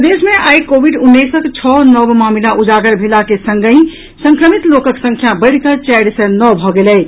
प्रदेश मे आइ कोविड उन्नैसक छओ नव मामिला उजागर भेला के संगहि संक्रमित लोकक संख्या बढ़ि कऽ चारि सय नओ भऽ गेल अछि